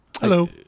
Hello